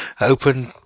Open